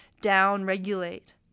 down-regulate